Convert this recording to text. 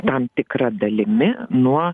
tam tikra dalimi nuo